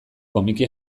komiki